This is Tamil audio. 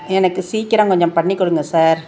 எனக்கு சீக்கிரம் கொஞ்சம் பண்ணிக்கொடுங்க சார்